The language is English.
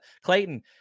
Clayton